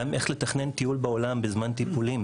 אם זה ידע על איך לתכנן טיול בעולם בזמן טיפולים,